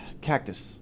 cactus